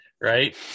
Right